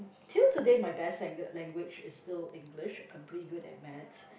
till today my best language language is still English I'm pretty good at maths